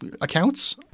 accounts